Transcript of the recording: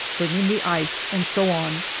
bringing the ice, and so on.